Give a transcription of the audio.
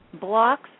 blocks